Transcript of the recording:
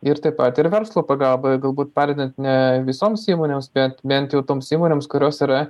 ir taip pat ir verslo pagalba galbūt padedant ne visoms įmonėms bet bent jau toms įmonėms kurios yra